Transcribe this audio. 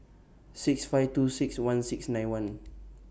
six five two six one six nine one